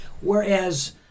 whereas